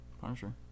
Punisher